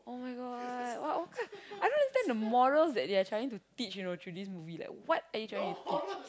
[oh]-my-god what what kind of I don't understand the morals that they are trying to teach you know through these movie like what are you trying to teach